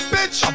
Bitch